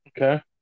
Okay